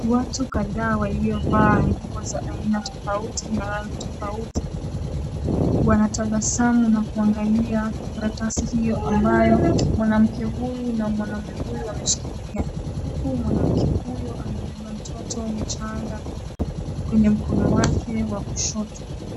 Watu kadhaa waliovaa nguo za aina tofauti tofauti wanatabasamu na kuangalia karatasi hiyo ambayo mwanamke huyu na mwanamume huyu wameshikilia huku mwanamke huyo amebeba mtoto mchanga kwenye mkono wake wa kushoto.